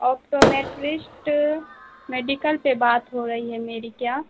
opto میٹرسٹ medical سے بات ہو رہی ہے میری کیا